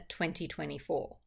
2024